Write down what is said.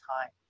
time